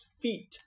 feet